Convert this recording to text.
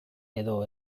edo